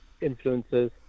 influences